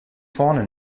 vorne